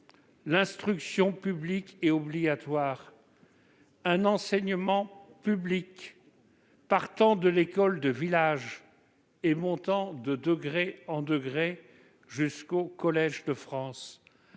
l'instruction publique et obligatoire. Un enseignement public partant de l'école de village et montant de degré en degré jusqu'au Collège de France.